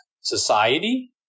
society